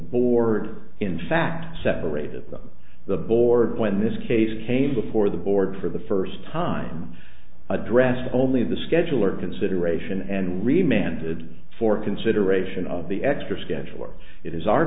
board in fact separated from the board when this case came before the board for the first time addressed only the scheduler consideration and remain and did for consideration of the extra schedule or it is our